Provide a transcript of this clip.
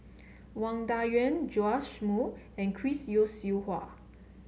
Wang Dayuan Joash Moo and Chris Yeo Siew Hua